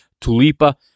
Tulipa